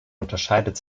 unterscheidet